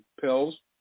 pills